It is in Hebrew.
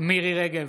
מירי מרים רגב,